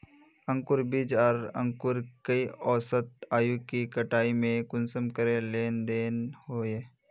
अंकूर बीज आर अंकूर कई औसत आयु के कटाई में कुंसम करे लेन देन होए?